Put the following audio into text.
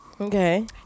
Okay